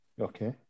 Okay